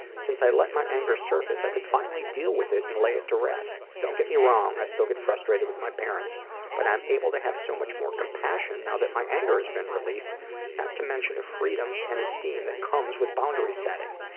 since i left my anger surface, i could finally deal with it and lay it to rest. don't get me wrong, i still get frustrated with my parents but i am able to have so much more compassion now that my anger has been released not to mention a freedom and esteem that comes with boundary setting.